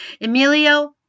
Emilio